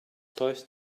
close